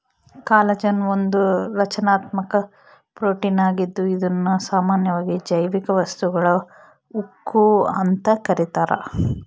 collagen ಒಂದು ರಚನಾತ್ಮಕ protein ಆಗಿದ್ದು ಇದುನ್ನ ಸಾಮಾನ್ಯವಾಗಿ ಜೈವಿಕ ವಸ್ತುಗಳ ಉಕ್ಕು ಅಂತ ಕರೀತಾರ